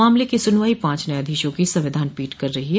मामले की सुनवाई पांच न्यायाधीशों की संविधान पीठ कर रही है